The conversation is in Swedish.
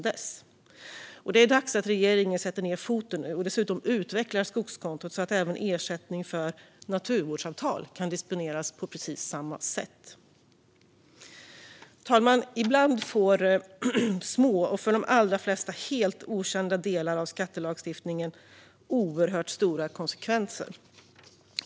Det är dags att regeringen nu sätter ned foten och dessutom utvecklar skogskontot så att även ersättning för naturvårdsavtal kan disponeras på precis samma sätt. Fru talman! Ibland får små och för de allra flesta helt okända delar av skattelagstiftningen oerhört stora konsekvenser.